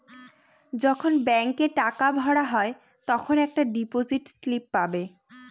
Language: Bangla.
যখন ব্যাঙ্কে টাকা ভরা হয় তখন একটা ডিপোজিট স্লিপ পাবে